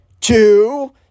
Two